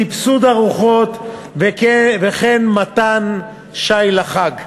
סבסוד ארוחות וכן מתן שי לחג.